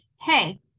Hey